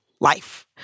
life